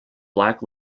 black